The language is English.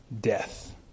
death